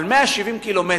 על 170 ק"מ,